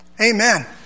Amen